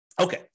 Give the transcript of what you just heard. Okay